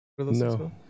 No